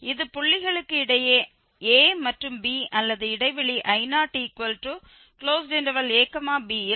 இது புள்ளிகளுக்கு இடையே a மற்றும் b அல்லது இடைவெளி I0abI0ab யில்